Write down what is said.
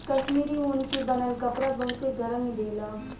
कश्मीरी ऊन के बनल कपड़ा बहुते गरमि देला